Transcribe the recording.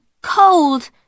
cold